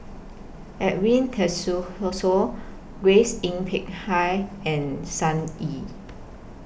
Edwin Tessensohn Grace Yin Peck Ha and Sun Yee